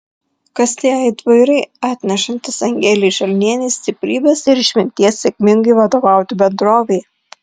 kas tie aitvarai atnešantys angelei šalnienei stiprybės ir išminties sėkmingai vadovauti bendrovei